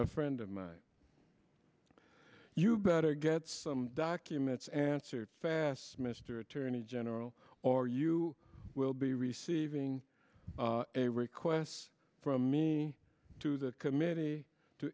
a friend of mine you better get some documents answered fast mr attorney general or you will be receiving a requests from me to the committee to